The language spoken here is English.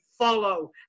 Follow